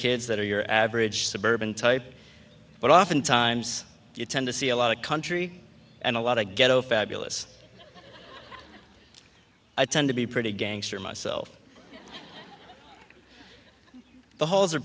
kids that are your average suburban type but oftentimes you tend to see a lot of country and a lot of ghetto fabulous i tend to be pretty gangster myself the